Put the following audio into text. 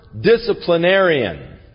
disciplinarian